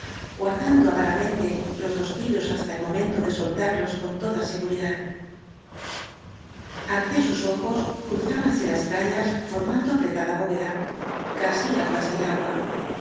guardando avaramente los dos tiros hasta el momento de soltarlos con toda seguridad ante sus ojos cruzábanse las cañas for mando apretada bóveda casi al ras del agua